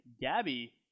Gabby